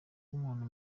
nk’umuntu